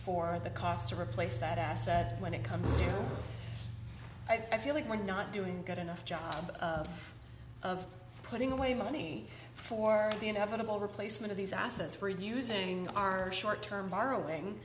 for the cost to replace that asset when it comes to i feel like we're not doing a good enough job of putting away money for the inevitable replacement of these assets for using our short term borrowing